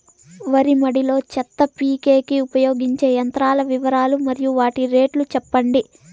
వరి మడి లో చెత్త పీకేకి ఉపయోగించే యంత్రాల వివరాలు మరియు వాటి రేట్లు చెప్పండి?